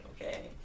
Okay